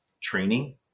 training